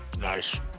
Nice